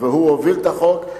והוא הוביל את החוק,